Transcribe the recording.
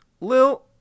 Lil